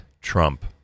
Trump